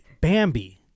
Bambi